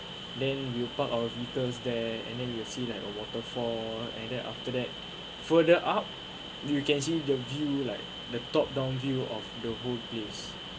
then you park our vehicles there and then you see like a waterfall and then after that further up you can see the view like the top down view of the whole place